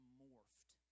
morphed